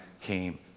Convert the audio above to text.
came